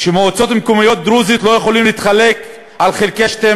שמועצות מקומיות דרוזיות לא יכולות להתחלק על 1 חלקי 12